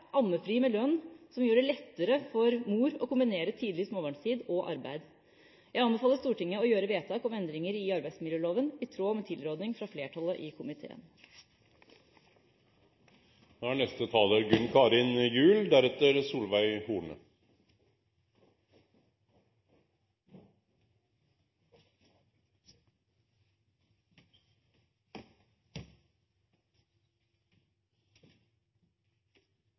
ammefri med lønn, som gjør det lettere for mor å kombinere tidlig småbarnstid og arbeid. Jeg anbefaler Stortinget å gjøre vedtak om endringer i arbeidsmiljøloven i tråd med tilråding fra flertallet i komiteen.